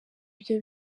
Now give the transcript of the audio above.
ibyo